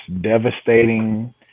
devastating